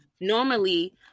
normally